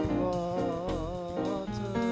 water